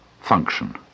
function